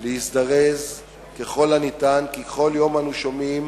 להזדרז ככל הניתן, כי כל יום אנחנו שומעים